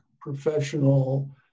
professional